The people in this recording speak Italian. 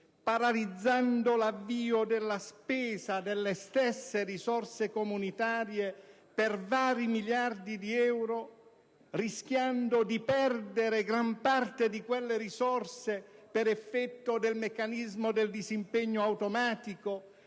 paralizzando l'avvio della spesa delle stesse risorse comunitarie per vari miliardi di euro, rischiando di perdere gran parte di quelle risorse per effetto del meccanismo del disimpegno automatico